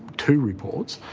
two reports,